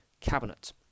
cabinet